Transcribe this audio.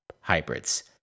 hybrids